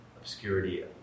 obscurity